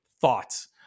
thoughts